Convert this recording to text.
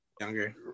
younger